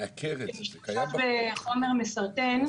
שנחשב חומר מסרטן.